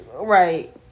right